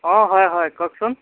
অঁ হয় হয় কওকচোন